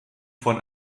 von